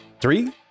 three